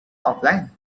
offline